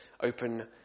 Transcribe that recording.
Open